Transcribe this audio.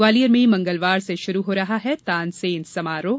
ग्वालियर में मंगलवार से शुरू हो रहा है तानसेन समारोह